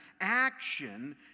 action